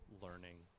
learning